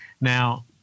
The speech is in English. Now